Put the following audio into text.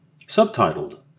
Subtitled